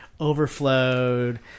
overflowed